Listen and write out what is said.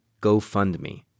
GoFundMe